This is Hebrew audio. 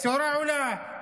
השעורה עולה.